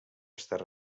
estar